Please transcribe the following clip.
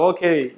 Okay